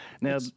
Now